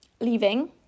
leaving